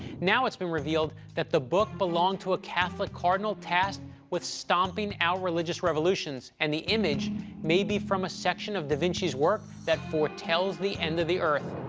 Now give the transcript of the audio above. now it's been revealed that the book belonged to a catholic cardinal tasked with stomping out religious revolutions, and the image may be from a section of da vinci's work that foretells the end of the earth.